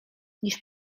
niż